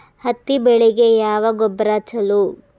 ಹತ್ತಿ ಬೆಳಿಗ ಯಾವ ಗೊಬ್ಬರ ಛಲೋ?